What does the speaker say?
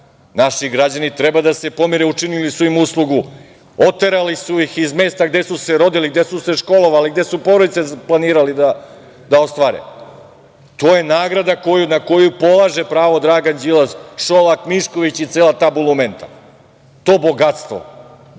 Naši građani treba da se pomire. Učinili su im uslugu, oterali su ih iz mesta gde su se rodili, gde su se školovali, gde su porodice planirali da ostvare. To je nagrada na koju polaže pravo Dragan Đilas, Šolak, Mišković i cela ta bulumenta, to bogatstvo.